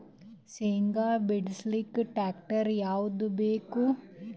ಶೇಂಗಾ ಬಿಡಸಲಕ್ಕ ಟ್ಟ್ರ್ಯಾಕ್ಟರ್ ಯಾವದ ಬೇಕು?